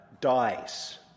dies